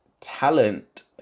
talent